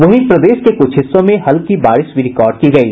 वहीं प्रदेश के कुछ हिस्सों में हल्की बारिश भी रिकॉर्ड की गयी